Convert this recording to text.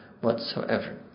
whatsoever